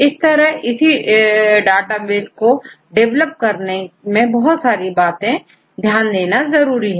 इस तरह इसी डाटाबेस को डिवेलप करने से पहले सारी बातों पर ध्यान देना जरूरी है